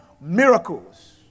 miracles